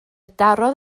darodd